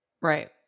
Right